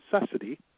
necessity